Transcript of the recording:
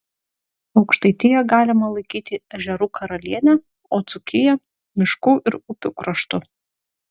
aukštaitiją galima laikyti ežerų karaliene o dzūkiją miškų ir upių kraštu